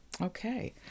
okay